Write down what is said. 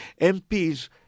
MPs